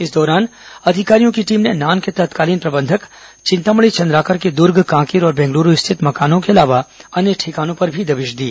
इस दौरान अधिकारियों की टीम ने नान के तत्कालीन प्रबंधक चिंतामणि चंद्राकर के दुर्ग कांकेर और बेंगलुरू स्थित मकानों के अलावा अन्य ठिकानों पर भी दबिश दी